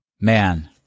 Man